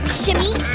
shimmy,